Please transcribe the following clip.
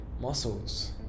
muscles